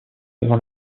devant